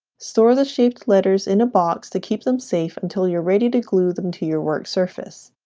store the shaped letters in a box to keep them safe until you're ready to glue them to your work surface